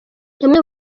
bamwe